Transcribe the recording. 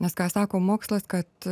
nes ką sako mokslas kad